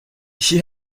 she